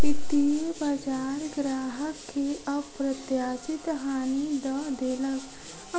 वित्तीय बजार ग्राहक के अप्रत्याशित हानि दअ देलक